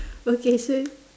okay so